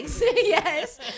yes